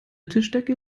tischdecke